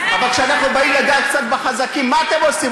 אבל כשאנחנו באים לגעת קצת בחזקים, מה אתם עושים?